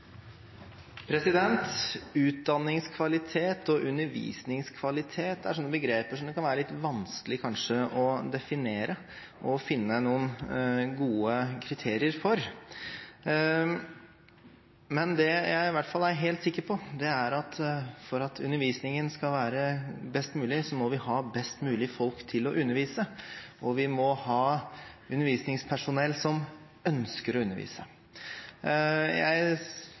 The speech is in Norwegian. begreper som det kan være litt vanskelig kanskje å definere og finne noen gode kriterier for. Men det jeg i hvert fall er helt sikker på, er at for at undervisningen skal være best mulig, så må vi ha best mulige folk til å undervise, og vi må ha undervisningspersonell som ønsker å undervise. Jeg